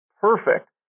Perfect